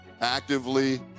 actively